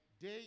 day